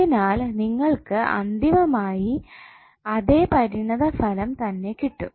അതിനാൽ നിങ്ങൾക്ക് അന്തിമമായി അതേ പരിണിതഫലം തന്നെ കിട്ടും